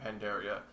Pandaria